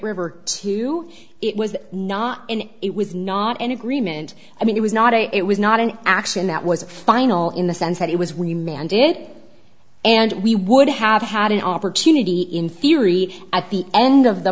river two it was not in it was not an agreement i mean it was not a it was not an action that was final in the sense that it was we manned it and we would have had an opportunity in theory at the end of the